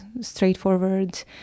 straightforward